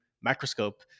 microscope